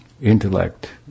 Intellect